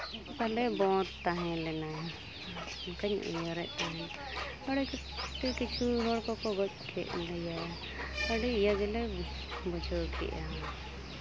ᱯᱟᱞᱮ ᱵᱚᱱᱫᱷ ᱛᱟᱦᱮᱸ ᱞᱮᱱᱟ ᱚᱱᱠᱟᱧ ᱩᱭᱦᱟᱹᱨᱮᱫ ᱛᱟᱦᱮᱸ ᱦᱚᱲᱜᱮ ᱠᱤᱪᱷᱩ ᱦᱚᱲ ᱠᱚᱠᱚ ᱜᱚᱡ ᱠᱮᱫ ᱞᱮᱭᱟ ᱟᱹᱰᱤ ᱤᱭᱟᱹ ᱜᱮᱞᱮ ᱵᱩᱡᱷᱟᱹᱣ ᱠᱮᱫᱼᱟ